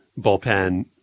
bullpen